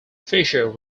fisher